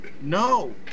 No